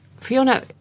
Fiona